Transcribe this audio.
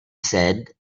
said